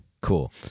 Cool